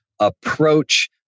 approach